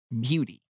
Beauty